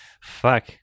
fuck